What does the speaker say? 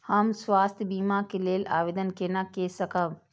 हम स्वास्थ्य बीमा के लेल आवेदन केना कै सकब?